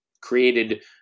created